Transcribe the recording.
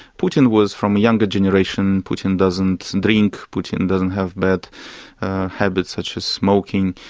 putin was from a younger generation. putin doesn't and drink putin doesn't have bad habits such as smoking.